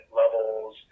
levels